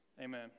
Amen